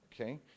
Okay